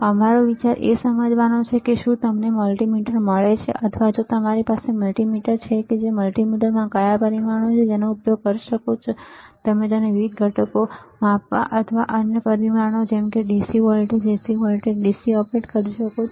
અમારો વિચાર એ સમજવાનો છે કે શું તમને મલ્ટિમીટર મળે છે અથવા જો તમારી પાસે મલ્ટિમીટર છે કે જે મલ્ટિમીટરમાં કયા પરિમાણો છે જેનો તમે ઉપયોગ કરી શકો છો અને તમે તેને વિવિધ ઘટકો માપવા અથવા અન્ય પરિમાણો જેમ કે dc voltage Ac voltage dc operate કરી શકો છો